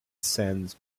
sands